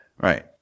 Right